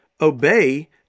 obey